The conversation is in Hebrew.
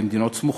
במדינות סמוכות.